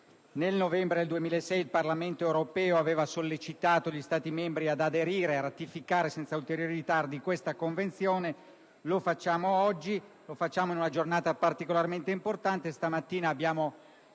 Nel novembre 2006 il Parlamento europeo aveva sollecitato gli Stati membri ad aderire e a ratificare senza ulteriori ritardi questa Convenzione. Noi lo facciamo oggi, in una giornata particolarmente importante perché questa mattina abbiamo